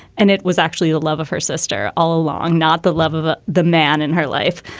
and it was actually the love of her sister all along, not the love of ah the man in her life.